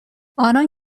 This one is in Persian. آنان